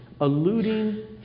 alluding